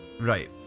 Right